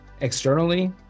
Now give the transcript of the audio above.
Externally